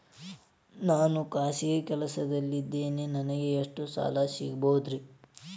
ನಾನು ಖಾಸಗಿ ಕೆಲಸದಲ್ಲಿದ್ದೇನೆ ನನಗೆ ಎಷ್ಟು ಸಾಲ ಸಿಗಬಹುದ್ರಿ?